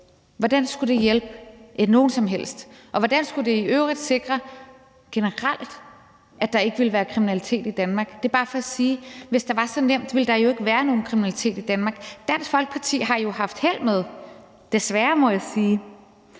Hvordan skulle det hjælpe nogen som helst? Og hvordan skulle det i øvrigt generelt sikre, at der ikke ville være kriminalitet i Danmark? Det er bare for sige, at hvis det var så nemt, ville der ikke være nogen kriminalitet i Danmark. Dansk Folkeparti har jo haft held med, desværre, må jeg sige,